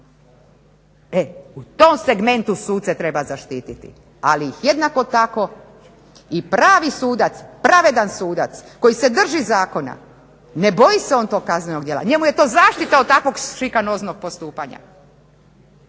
E u tom segmentu suce treba zaštititi, ali ih jednako tako i pravi sudac pravedan sudac koji se drži zakona ne boji se on tog kaznenog djela. Njemu je to zaštita od takvog šikanoznog postupanja.